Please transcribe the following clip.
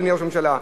אדוני ראש הממשלה,